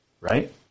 Right